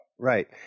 Right